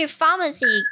pharmacy